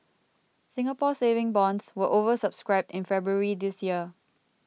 Singapore Saving Bonds were over subscribed in February this year